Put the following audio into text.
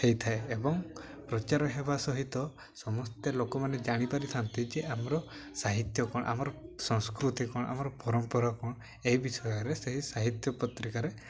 ହେଇଥାଏ ଏବଂ ପ୍ରଚାର ହେବା ସହିତ ସମସ୍ତେ ଲୋକମାନେ ଜାଣିପାରିଥାନ୍ତି ଯେ ଆମର ସାହିତ୍ୟ କଣ ଆମର ସଂସ୍କୃତି କଣ ଆମର ପରମ୍ପରା କଣ ଏହି ବିଷୟରେ ସେହି ସାହିତ୍ୟ ପତ୍ରିକାରେ